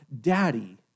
Daddy